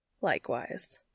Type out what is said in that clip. Likewise